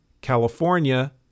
California